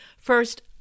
First